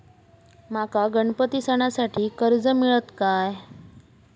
माका गणपती सणासाठी कर्ज मिळत काय?